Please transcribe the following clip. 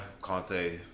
Conte